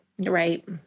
Right